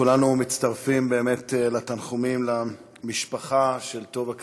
כולנו מצטרפים לתנחומים למשפחה של טובה קררו.